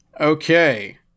Okay